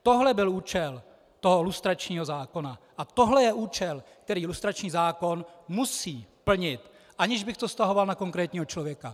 Tohle byl účel toho lustračního zákona a tohle je účel, který lustrační zákon musí plnit, aniž bych to vztahoval na konkrétního člověka.